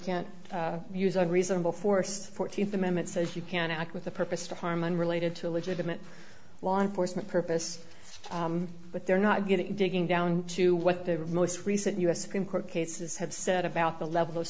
can't use a reasonable force fourteenth amendment says you can act with a purpose to harm unrelated to a legitimate law enforcement purpose but they're not getting digging down to what the most recent us supreme court cases have said about the level of